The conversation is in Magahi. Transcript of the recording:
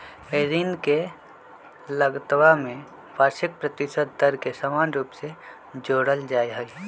ऋण के लगतवा में वार्षिक प्रतिशत दर के समान रूप से जोडल जाहई